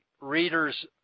readers